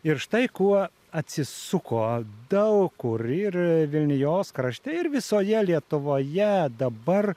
ir štai kuo atsisuko daug kur ir vilnijos krašte ir visoje lietuvoje dabar